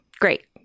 Great